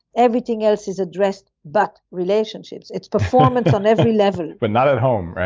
everything else is addressed but relationships. it's performance on every level when not at home,